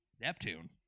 Neptune